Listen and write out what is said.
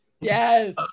Yes